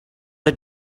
did